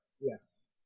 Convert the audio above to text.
Yes